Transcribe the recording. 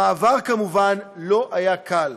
המעבר כמובן לא היה קל,